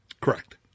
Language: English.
Correct